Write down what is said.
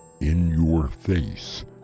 in-your-face